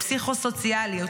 פסיכו-סוציאליות,